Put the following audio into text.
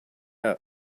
out